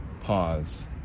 pause